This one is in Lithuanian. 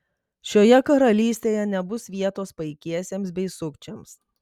šioje karalystėje nebus vietos paikiesiems bei sukčiams